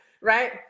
right